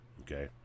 okay